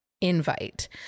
invite